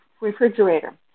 refrigerator